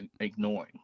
ignoring